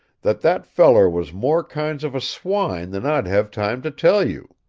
that that feller was more kinds of a swine than i'd have time to tell you.